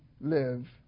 live